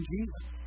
Jesus